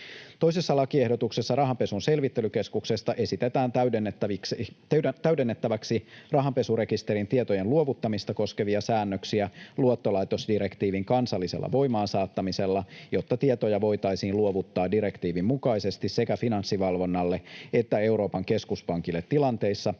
Toisessa lakiehdotuksessa rahanpesun selvittelykeskuksesta esitetään täydennettäväksi rahanpesurekisterin tietojen luovuttamista koskevia säännöksiä luottolaitosdirektiivin kansallisella voimaansaattamisella, jotta tietoja voitaisiin luovuttaa direktiivin mukaisesti sekä Finanssivalvonnalle että Euroopan keskuspankille tilanteissa,